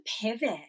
pivot